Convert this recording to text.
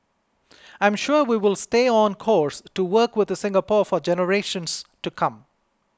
I'm sure we will stay on course to work with Singapore for generations to come